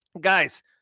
Guys